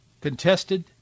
contested